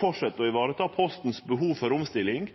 varetek dei behova Posten har for omstilling